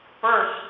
First